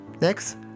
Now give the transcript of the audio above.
Next